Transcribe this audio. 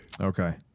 Okay